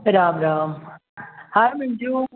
रामराम हाय मंजू